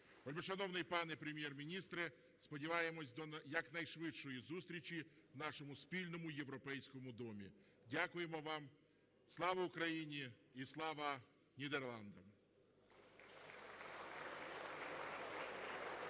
Вельмишановний пане Прем'єр-міністре, сподіваємося до якнайшвидшої зустрічі в нашому спільному європейському домі. Дякуємо вам. Слава Україні і слава Нідерландам!